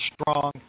strong